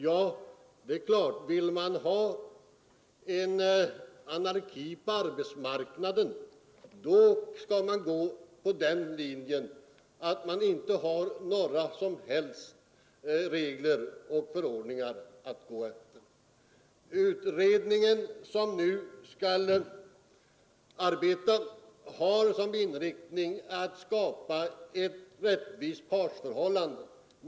Ja, vill man ha anarki på arbetsmarknaden då skall man gå på den linjen att man inte har några som helst regler och förordningar. Utredningen, som nu skall arbeta, har som inriktning att skapa ett rättvist partsförhållande.